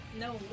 No